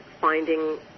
finding